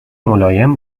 ملایم